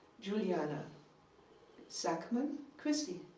inge-juliana sackmann christy.